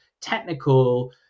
technical